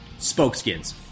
Spokeskins